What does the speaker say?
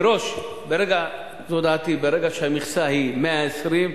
מראש, זו דעתי, ברגע שהמכסה היא 120,